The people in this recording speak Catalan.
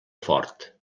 fort